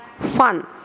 fun